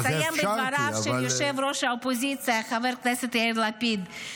אבל --- אסיים בדבריו של ראש האופוזיציה חבר הכנסת יאיר לפיד: